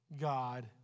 God